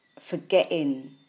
forgetting